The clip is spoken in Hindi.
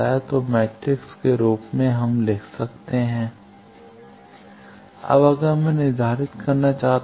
तो मैट्रिक्स के रूप में हम लिख सकते हैं अब अगर मैं निर्धारित करना चाहता हूँ